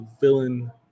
villain